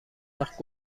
وقت